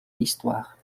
l’histoire